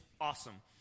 awesome